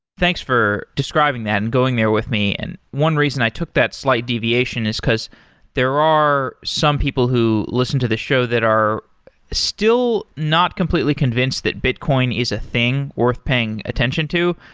thanks for describing that and going there with me. and one reason i took that slight deviation is because there are some people who listen to the show that are still not completely convinced that bitcoin is a thing worth paying attention to.